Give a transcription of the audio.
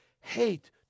hate